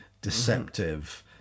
deceptive